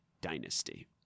dynasty